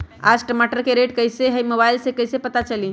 आज टमाटर के रेट कईसे हैं मोबाईल से कईसे पता चली?